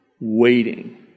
waiting